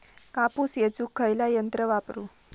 कापूस येचुक खयला यंत्र वापरू?